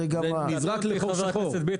זה נזרק לחור שחור.